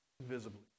visibly